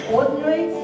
Ordinary